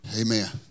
Amen